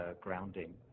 grounding